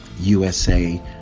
USA